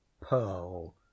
Pearl